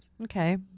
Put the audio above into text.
okay